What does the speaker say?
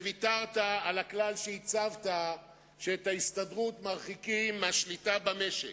וויתרת על הכלל שהצבת שאת ההסתדרות מרחיקים מהשליטה במשק.